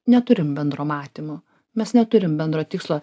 neturim bendro matymo mes neturim bendro tikslo